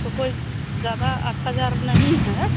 तो कोई ज़्यादा आठ हज़ार नहीं है